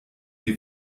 die